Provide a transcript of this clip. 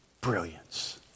brilliance